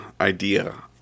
idea